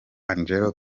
angelo